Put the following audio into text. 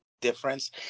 difference